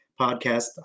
podcast